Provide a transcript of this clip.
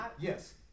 Yes